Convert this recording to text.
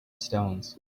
stones